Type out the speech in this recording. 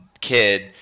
kid